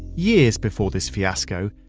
years before this fiasco,